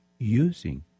using